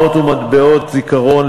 מעות ומטבעות זיכרון,